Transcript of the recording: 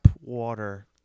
water